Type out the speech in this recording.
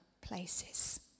places